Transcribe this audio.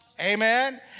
Amen